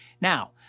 Now